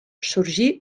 sorgí